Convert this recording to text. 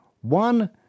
One